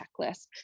checklist